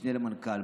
משנה למנכ"ל,